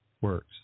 works